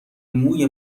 موی